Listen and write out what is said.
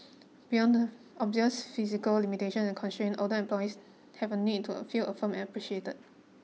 beyond the obvious physical limitation and constraint older employees have a need to a feel affirmed and appreciated